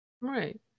Right